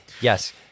yes